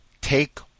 take